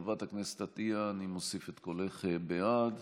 חברת הכנסת עטייה, אני מוסיף את קולך בעד.